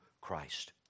Christ